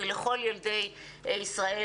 היא לכל ילדי ישראל,